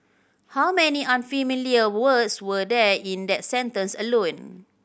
how many unfamiliar words were there in that sentence alone